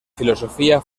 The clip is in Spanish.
filosofía